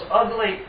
ugly